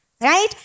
right